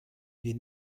wir